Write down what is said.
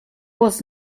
was